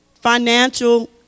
financial